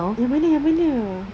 yang mana yang mana